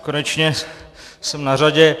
Konečně jsem na řadě.